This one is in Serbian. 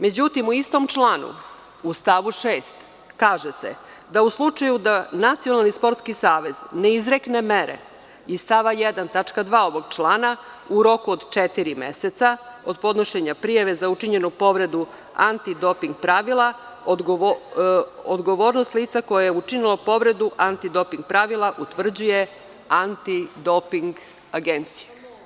Međutim, u istom članu u stavu 6. kaže se da u slučaju da Nacionalni sportski savez ne izrekne mere iz stava 1. tačka 2. ovog člana u roku od četiri meseca od podnošenja prijave za učinjenu povredu antidoping pravila, odgovornost lica koje je učinilo povredu antidoping pravila utvrđuje Antidoping agencija.